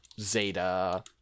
Zeta